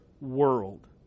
world